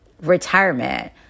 retirement